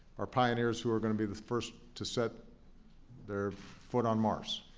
are pioneers who are going to be the first to set their foot on mars